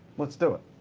let's do it.